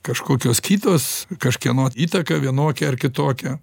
kažkokios kitos kažkieno įtaka vienokia ar kitokia